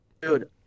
Dude